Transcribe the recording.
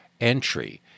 entry